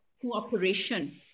cooperation